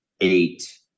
eight